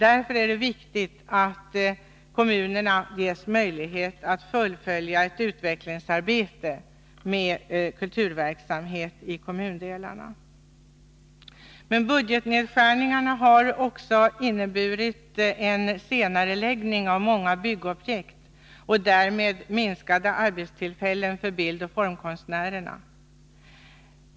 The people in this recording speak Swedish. Därför är det viktigt att kommunerna ges möjlighet att fullfölja ett utvecklingsarbete med kulturverksamhet i kommundelarna. Men budgetnedskärningarna har också inneburit en senareläggning av många byggobjekt och därmed färre arbetstillfällen för bildoch formkonstnärerna.